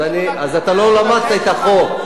אז אתה לא למדת את החוק.